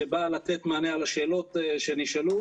שבאה לתת מענה על השאלות שנשאלו.